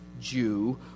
Jew